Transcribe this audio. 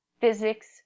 Physics